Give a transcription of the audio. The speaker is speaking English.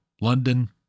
London